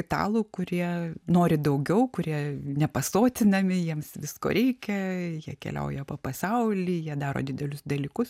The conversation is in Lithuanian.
italų kurie nori daugiau kurie nepasotinami jiems visko reikia jie keliauja po pasaulį jie daro didelius dalykus